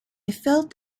felt